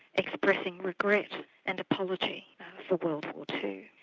expressing regret and apology for world war ii,